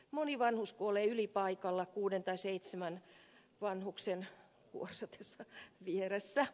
moni vanhus kuolee ylipaikalla kuuden tai seitsemän vanhuksen kuorsatessa vieressä